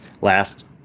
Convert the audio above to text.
last